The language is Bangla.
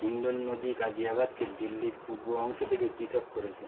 হিন্ডন নদী গাজিয়াবাদকে দিল্লির পূর্ব অংশ থেকে পৃথক করেছে